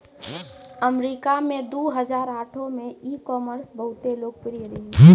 अमरीका मे दु हजार आठो मे ई कामर्स बहुते लोकप्रिय रहै